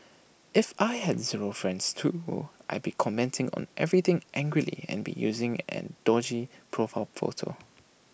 if I had zero friends too I'd be commenting on everything angrily and be using an dodgy profile photo